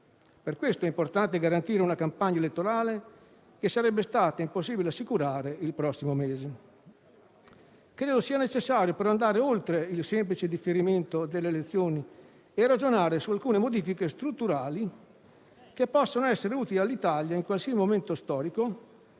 Per questo motivo è importante garantire una campagna elettorale che sarebbe stata impossibile assicurare il prossimo mese. Credo sia però necessario andare oltre il semplice differimento delle elezioni e ragionare su alcune modifiche strutturali che possono essere utili all'Italia in qualsiasi momento storico